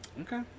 Okay